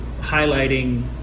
highlighting